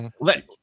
Let